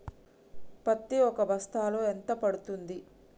పత్తి ఒక బస్తాలో ఎంత పడ్తుంది?